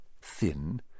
thin